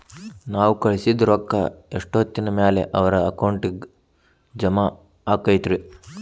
ನಾವು ಕಳಿಸಿದ್ ರೊಕ್ಕ ಎಷ್ಟೋತ್ತಿನ ಮ್ಯಾಲೆ ಅವರ ಅಕೌಂಟಗ್ ಜಮಾ ಆಕ್ಕೈತ್ರಿ?